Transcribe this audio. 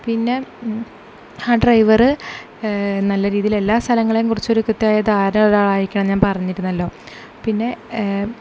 പിന്നെ ആ ഡ്രൈവർ നല്ല രീതിയിൽ എല്ലാ സ്ഥലങ്ങളെയും കുറിച്ച് ഒരു കൃത്യമായ ധാരണയുള്ള ഒരു ആൾ ആയിരിക്കണം ഞാൻ പറഞ്ഞിരുന്നല്ലോ പിന്നെ